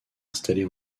installée